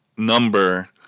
number